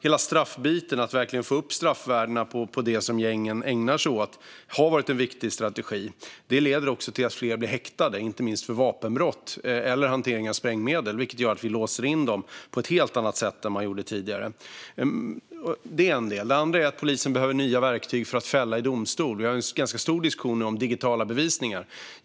Hela straffbiten - att verkligen få upp straffvärdena på det som gängen ägnar sig åt - har varit en viktig strategi. Det leder också till att fler blir häktade, inte minst för vapenbrott eller hantering av sprängmedel. Det gör att vi låser in dem i mycket högre grad än man gjorde tidigare. Det är en del. En annan del är att polisen behöver nya verktyg för att fälla i domstol. Vi har en ganska stor diskussion nu om digitala bevisningar.